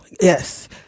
Yes